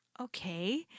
Okay